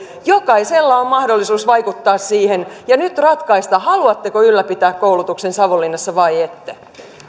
jokaisella on mahdollisuus vaikuttaa siihen ja nyt ratkaista haluatteko ylläpitää koulutuksen savonlinnassa vai ette